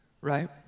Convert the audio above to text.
right